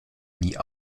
nie